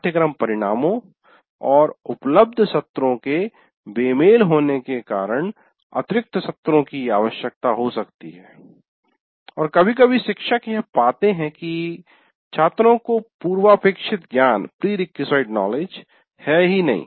पाठ्यक्रम परिणामों और उपलब्ध सत्रों के बेमेल होने के कारण अतिरिक्त सत्रों की आवश्यकता हो सकती है और कभी कभी शिक्षक यह पाते हैं कि छात्रों को पूर्वापेक्षित ज्ञान है ही नहीं